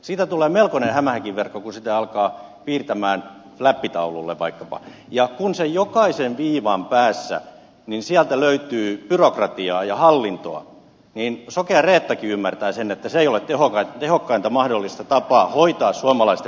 siitä tulee melkoinen hämähäkinverkko kun sitä alkaa piirtää fläppitaululle vaikkapa ja kun sen jokaisen viivan päässä löytyy byrokratiaa ja hallintoa niin sokea reettakin ymmärtää sen että se ei ole tehokkain mahdollinen tapa hoitaa suomalaisten peruspalveluita